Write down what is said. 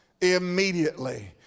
immediately